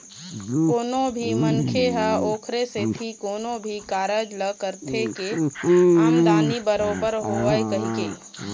कोनो भी मनखे ह ओखरे सेती कोनो भी कारज ल करथे के आमदानी बरोबर होवय कहिके